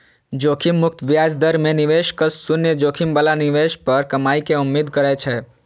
जोखिम मुक्त ब्याज दर मे निवेशक शून्य जोखिम बला निवेश पर कमाइ के उम्मीद करै छै